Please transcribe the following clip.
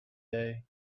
day